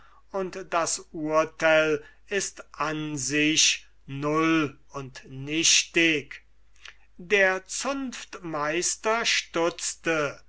und das urtel ist an sich null und nichtig der zunftmeister stutzte